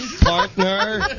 partner